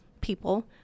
people